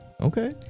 Okay